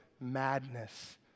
madness